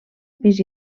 pis